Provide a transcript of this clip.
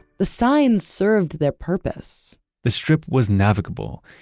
the signs served their purpose the strip was navigable.